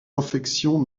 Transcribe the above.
infections